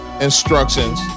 instructions